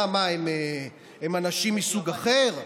מה, הם אנשים מסוג אחר?